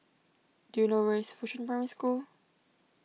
do you know where is Fuchun Primary School